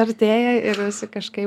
artėja ir kažkaip